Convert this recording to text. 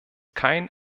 kein